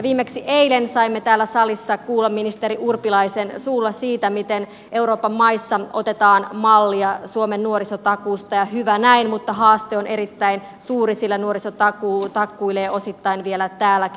viimeksi eilen saimme täällä salissa kuulla ministeri urpilaisen suulla siitä miten euroopan maissa otetaan mallia suomen nuorisotakuusta ja hyvä näin mutta haaste on erittäin suuri sillä nuorisotakuu takkuilee osittain vielä täälläkin